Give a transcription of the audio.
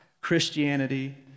Christianity